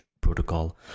protocol